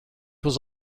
was